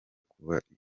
kubiryozwa